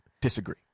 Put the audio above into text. disagree